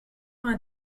vingt